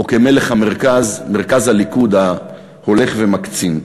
או כמלך המרכז, מרכז הליכוד ההולך ומקצין,